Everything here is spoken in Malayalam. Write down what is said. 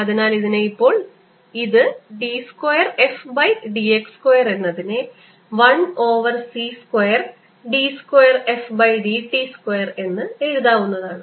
അതിനാൽ ഇതിനെ ഇപ്പോൾ ഇത് d square f by d x square എന്നതിനെ 1 over c square d square f by d t square എന്ന് എഴുതാവുന്നതാണ്